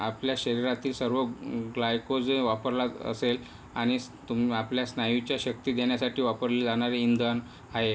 आपल्या शरीरातील सर्व ग्लायकोज वापरला असेल आणि तुम्ही आपल्या स्नायूच्या शक्ती देण्यासाठी वापरली जाणारी इंधन आहे